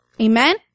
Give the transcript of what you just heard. Amen